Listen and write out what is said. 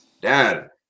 Dad